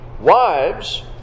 Wives